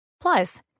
Plus